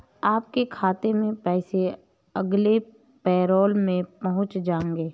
आपके खाते में पैसे अगले पैरोल में पहुँच जाएंगे